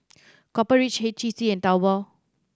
Copper Ridge H T C and Taobao